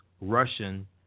Russian